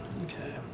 Okay